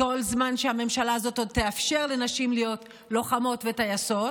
כל זמן שהממשלה הזאת עוד תאפשר לנשים להיות לוחמות וטייסות,